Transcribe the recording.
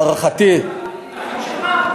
להערכתי, החרדים הם אחים שלך?